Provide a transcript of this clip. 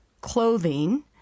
clothing